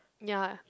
ya